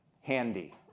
handy